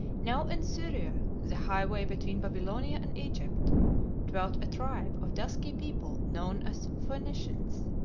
now in syria the highway between babylonia and egypt dwelt a tribe of dusky people known as phoenicians.